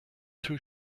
too